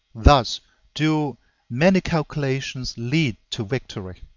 thus do many calculations lead to victory,